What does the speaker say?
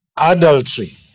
adultery